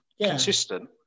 consistent